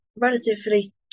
relatively